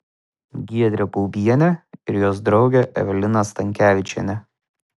giedrė baubienė ir jos draugė evelina stankevičienė